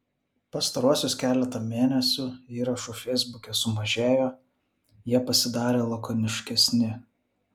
pastaruosius keletą mėnesių įrašų feisbuke sumažėjo jie pasidarė lakoniškesni